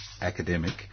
academic